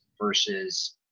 versus